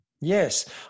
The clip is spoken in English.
Yes